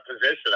position